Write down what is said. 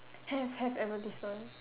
have have advertisement